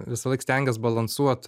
visąlaik stengias balansuot